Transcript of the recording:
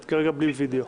את כרגע בלי וידאו.